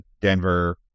Denver